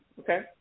okay